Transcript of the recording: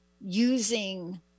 using